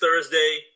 Thursday